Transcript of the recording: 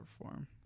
form